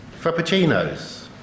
Frappuccinos